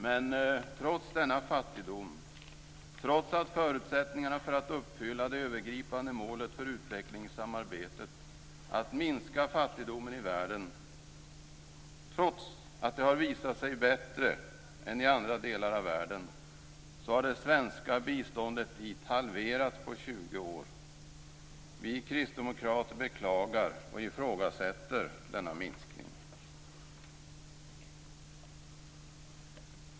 Men trots denna fattigdom och trots att förutsättningarna för att uppfylla det övergripande målet för utvecklingssamarbetet, att minska fattigdomen i världen, har visat sig bättre i Asien än i andra delar av världen har det svenska biståndet dit halverats på 20 år. Vi kristdemokrater beklagar och ifrågasätter denna minskning.